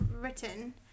written